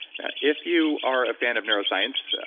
now, if you are a fan of neuroscience,